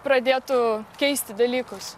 pradėtų keisti dalykus